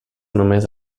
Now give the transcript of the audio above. només